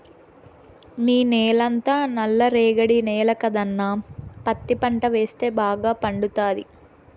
నీ నేలంతా నల్ల రేగడి నేల కదన్నా పత్తి పంట వేస్తే బాగా పండతాది